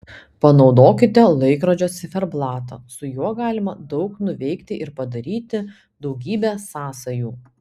panaudokite laikrodžio ciferblatą su juo galima daug nuveikti ir padaryti daugybę sąsajų